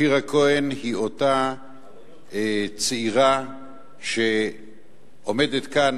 שירה כהן היא אותה צעירה שעומדת כאן,